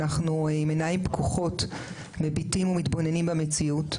אנחנו עם עיניים פקוחות מביטים ומתבוננים במציאות.